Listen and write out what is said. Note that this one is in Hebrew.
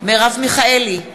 מרב מיכאלי,